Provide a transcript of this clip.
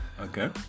Okay